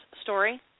story